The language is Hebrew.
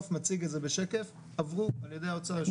מציג את זה בשקף, עברו על ידי האוצר.